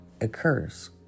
occurs